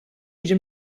jiġi